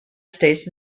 states